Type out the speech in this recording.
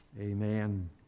Amen